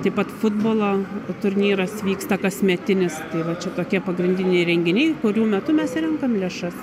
taip pat futbolo turnyras vyksta kasmetinis va čia tokie pagrindiniai renginiai kurių metu mes ir renkam lėšas